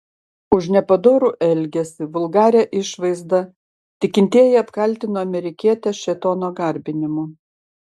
už nepadorų elgesį vulgarią išvaizdą tikintieji apkaltino amerikietę šėtono garbinimu